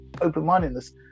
open-mindedness